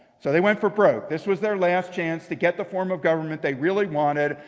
so they went for broke. this was their last chance to get the form of government they really wanted.